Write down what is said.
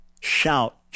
Shout